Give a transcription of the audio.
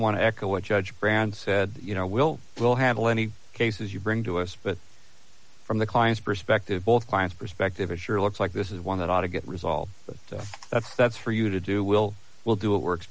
want to echo what judge brand said you know will well handle any cases you bring to us but from the client's perspective both client's perspective it sure looks like this is one that ought to get resolved but if that's for you to do we'll we'll do a work